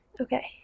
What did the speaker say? Okay